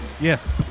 Yes